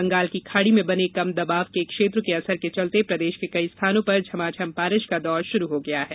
बंगाल की खाड़ी में बने कम दबाव के क्षेत्र के असर के चलते प्रदेश के कई स्थानों पर झमाझम बारिश का दौर शुरू हो गया है